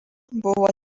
buvo